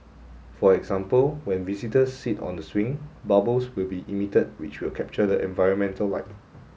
for example when visitors sit on the swing bubbles will be emitted which will capture the environmental light